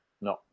No